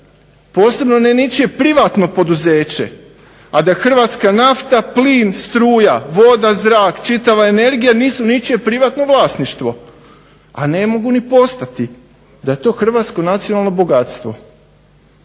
posebno ne ničije privatno poduzeće, a da hrvatska nafta, plin, struja, voda, zrak, čitava energija nisu ničije privatno vlasništvo, a ne mogu ni postati. Da je to hrvatsko nacionalno bogatstvo.